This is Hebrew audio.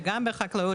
וגם בחקלאות,